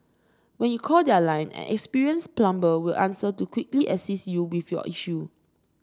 when you call their line an experienced plumber will answer to quickly assist you with your issue